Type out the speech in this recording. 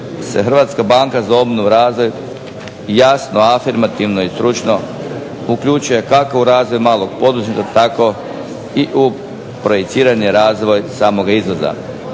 govori o tome da se HBOR jasno, afirmativno i stručno uključuje kako u razvoj malog poduzetništva tako i u projicirani razvoj samoga izvoza.